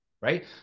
right